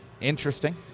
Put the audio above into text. interesting